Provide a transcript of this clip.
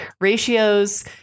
ratios